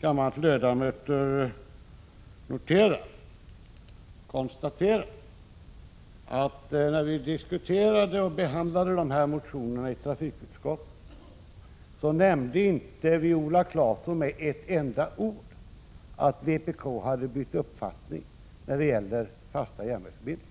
kammarens ledamöter vill jag bara klargöra att när vi behandlade de här motionerna i trafikutskottet nämnde inte Viola Claesson med ett enda ord att vpk hade bytt uppfattning när det gäller fasta järnvägsförbindelser.